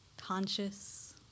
conscious